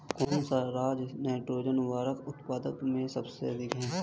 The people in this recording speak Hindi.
कौन सा राज नाइट्रोजन उर्वरक उत्पादन में सबसे अधिक है?